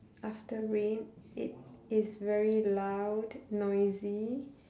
after rain it is very loud noisy